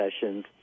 sessions